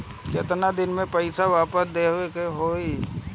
केतना दिन में पैसा वापस देवे के होखी?